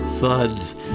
Suds